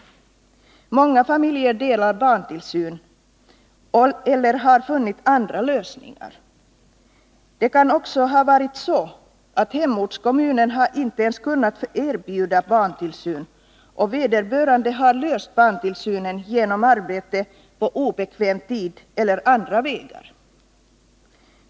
Många familjer delar barntillsynen eller har funnit andra lösningar. Det kan också ha varit så att hemortskommunen inte ens har kunnat erbjuda barntillsyn, och vederbörande har löst barntillsynen genom arbete på obekväm tid eller på andra sätt.